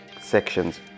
sections